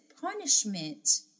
punishment